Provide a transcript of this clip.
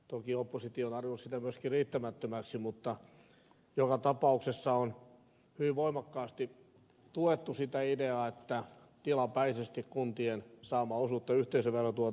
toki oppositio on arvioinut sitä myöskin riittämättömäksi mutta joka tapauksessa on hyvin voimakkaasti tuettu sitä ideaa että tilapäisesti kuntien saamaa osuutta yhteisöverotuotosta kohotetaan